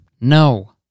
No